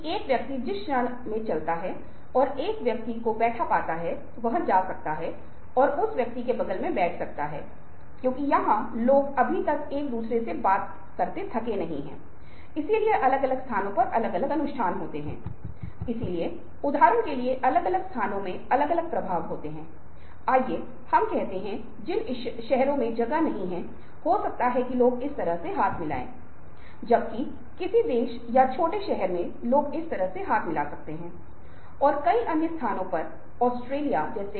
अनुनय एक वांछित प्रतिक्रिया प्राप्त करने किसी के दृष्टिकोण को बदलने दूसरों को किसी को स्वीकार करने अन्य लोगों को मानसिक स्थिति को प्रभावित करने का संदर्भ है और यहां एक परिभाषा है जो हमारे पास है जिसे हम यह समझने के लिए उपयोग कर सकते हैं कि अनुनय क्या है